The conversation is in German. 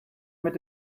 mit